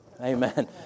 Amen